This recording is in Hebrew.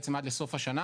בעצם עד לסוף השנה,